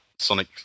Sonic